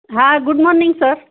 હા good morning sir